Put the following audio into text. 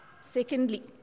Secondly